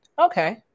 okay